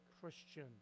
Christian